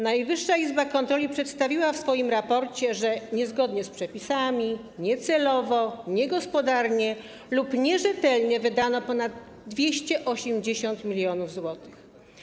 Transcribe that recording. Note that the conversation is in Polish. Najwyższa Izba Kontroli przedstawiła w swoim raporcie, że niezgodnie z przepisami, niecelowo, niegospodarnie lub nierzetelnie wydano ponad 280 mln zł.